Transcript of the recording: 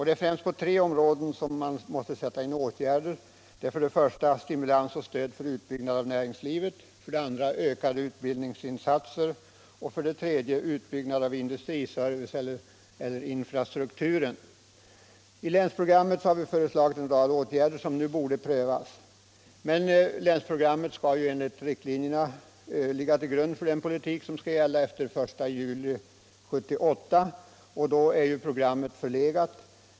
Det är främst på tre områden som åtgärder måste sättas in: I Länsprogram 74 har vi föreslagit en rad åtgärder som nu borde prövas. Men enligt riktlinjerna skall länsprogrammet ligga till grund för den regionalpolitik som skall föras efter den 1 juli 1978, och då är programmet förlegat.